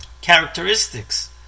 characteristics